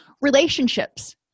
Relationships